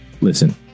listen